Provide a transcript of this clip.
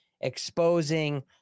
exposing